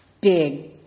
big